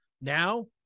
Now